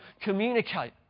communicate